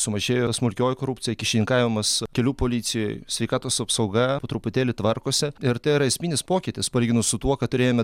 sumažėjo ir smulkioji korupcija kyšininkavimas kelių policijoj sveikatos apsauga truputėlį tvarkosi ir tai yra esminis pokytis palyginus su tuo ką turėjome